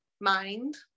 mind